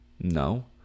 No